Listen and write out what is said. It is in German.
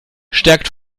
stärkt